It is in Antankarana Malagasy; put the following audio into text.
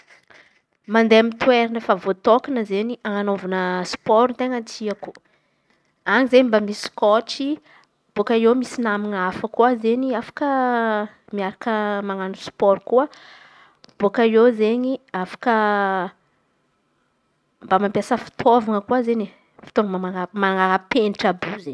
Mandeha amy toerana efa vôtokana izen̈y anan̈ova sipôro sipôro ten̈a tiako an̈y zey mba misy kôttsy bôka eo mba misy naman̈a koa afaka miaraky manan̈o sipôro koa. Bôka eo izen̈y afaka mba mampiasa fitôvana ko izen̈y fitôvana mana- manara-penitra àby.